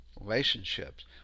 relationships